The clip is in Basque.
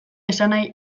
esanahi